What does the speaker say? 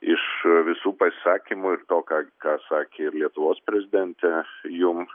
iš visų pasisakymų ir to ką ką sakė ir lietuvos prezidentė jum